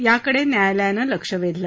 याकडे न्यायालयानं लक्ष वेधलं